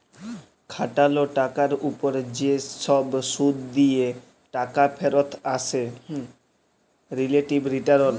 খাটাল টাকার উপর যে সব শুধ দিয়ে টাকা ফেরত আছে রিলেটিভ রিটারল